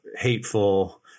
hateful